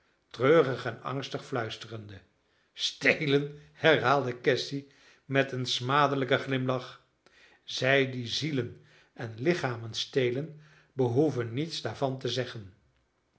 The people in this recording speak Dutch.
treurig en angstig fluisterende stelen herhaalde cassy met een smadelijken glimlach zij die zielen en lichamen stelen behoeven niets daarvan te zeggen